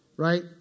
Right